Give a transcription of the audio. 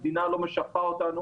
המדינה לא משפה אותנו,